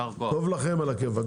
טוב לכם נהדר.